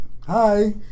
Hi